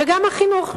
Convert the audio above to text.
וגם החינוך,